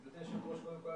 גברתי יושבת ראש הוועדה,